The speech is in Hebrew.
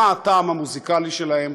מה הטעם המוזיקלי שלהם,